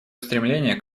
устремления